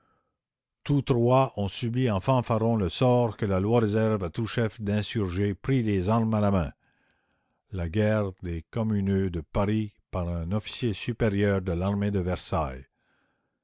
tous trois ont subi en fanfarons le sort que la loi réserve à tout chef d'insurgés pris les armes à la main la guerre des communeux de paris par un officier supérieur de l'armée de versailles